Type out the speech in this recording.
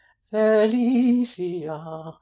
felicia